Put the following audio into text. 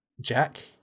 Jack